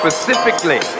Specifically